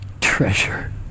treasure